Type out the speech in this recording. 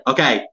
Okay